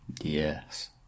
Yes